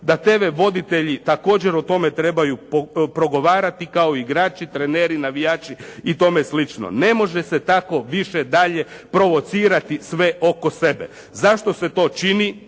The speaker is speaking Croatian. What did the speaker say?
Da TV voditelji također o tome trebaju progovarati kao i igrači, treneri, navijači i tome slično. Ne može se tako više dalje provocirati sve oko sebe. Zašto se to čini